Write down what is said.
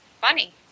funny